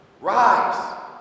rise